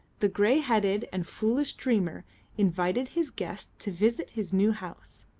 the grey headed and foolish dreamer invited his guests to visit his new house.